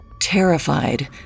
Terrified